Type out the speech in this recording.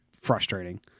frustrating